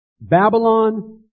Babylon